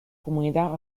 comunidad